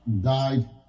died